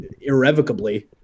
irrevocably